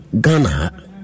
Ghana